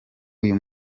uyu